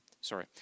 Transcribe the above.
Sorry